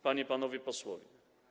Panie i Panowie Posłowie!